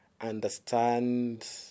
understand